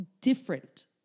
different